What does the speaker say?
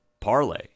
Parlay